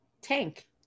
Tank